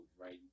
right